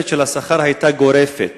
התוספת של השכר היתה גורפת.